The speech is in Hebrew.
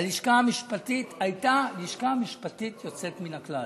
הלשכה המשפטית הייתה לשכה משפטית יוצאת מן הכלל.